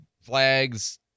flags